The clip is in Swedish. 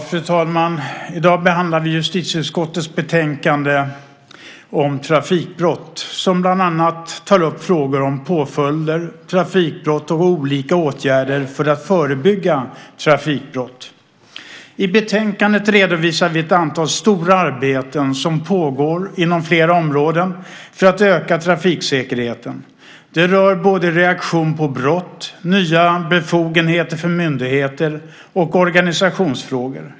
Fru talman! I dag behandlar vi justitieutskottets betänkande om trafikbrott. Det tar bland annat upp frågor om påföljder, trafikbrott och olika åtgärder för att förebygga trafikbrott. I betänkandet redovisar vi ett antal stora arbeten som pågår inom flera områden för att öka trafiksäkerheten. Det rör både reaktion på brott, nya befogenheter för myndigheter och organisationsfrågor.